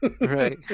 Right